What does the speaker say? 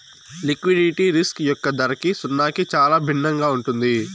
liquidity risk యొక్క ధరకి సున్నాకి చాలా భిన్నంగా ఉంటుంది